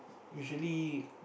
usually